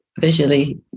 visually